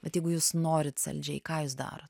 bet jeigu jūs norit saldžiai ką jūs darot